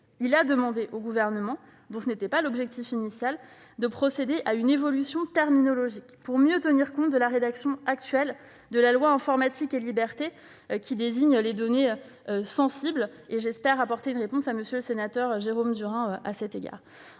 a demandé au Gouvernement, dont ce n'était pas l'objectif initial, de procéder à une évolution terminologique pour mieux tenir compte de la rédaction actuelle de la loi Informatique et libertés qui désigne les données sensibles. J'espère ainsi apporter une réponse aux interrogations du sénateur Jérôme Durain.